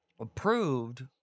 approved